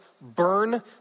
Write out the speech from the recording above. burn